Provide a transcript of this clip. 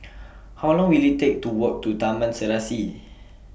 How Long Will IT Take to Walk to Taman Serasi